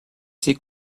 ses